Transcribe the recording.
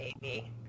baby